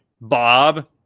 Bob